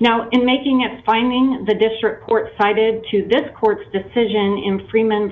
now in making it finding the district court cited to this court's decision in freeman